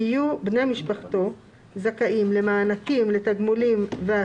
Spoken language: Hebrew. אלה אותן נסיבות שמחייבות היום בחוק לא תעמוד על